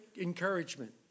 encouragement